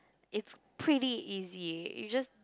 it's pretty easy you just